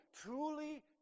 truly